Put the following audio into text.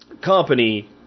company